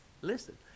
Listen